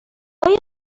آیا